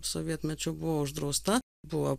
sovietmečiu buvo uždrausta buvo